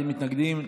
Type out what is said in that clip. אין מתנגדים,